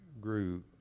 grew